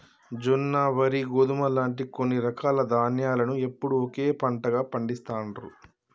జొన్న, వరి, గోధుమ లాంటి కొన్ని రకాల ధాన్యాలను ఎప్పుడూ ఒకే పంటగా పండిస్తాండ్రు